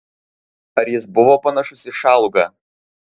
ar jis buvo panašus į šalugą